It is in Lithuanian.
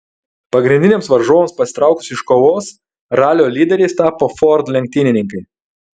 pagrindiniams varžovams pasitraukus iš kovos ralio lyderiais tapo ford lenktynininkai